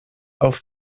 auf